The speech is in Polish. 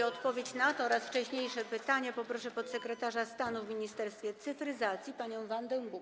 O odpowiedź na to oraz na wcześniejsze pytania poproszę podsekretarza stanu w Ministerstwie Cyfryzacji panią Wandę Buk.